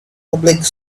public